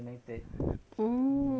oh